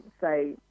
say